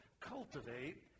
cultivate